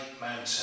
mountain